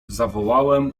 zawołałem